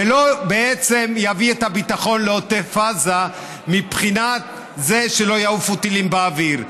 ובעצם לא יביא את הביטחון לעוטף עזה מבחינת זה שלא יעופו טילים באוויר.